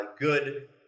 good